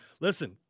listen